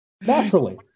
naturally